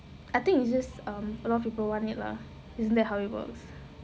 I think it's just um a lot of people want it lah isn't that how it works